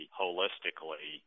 holistically